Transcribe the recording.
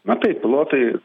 na taip pilotai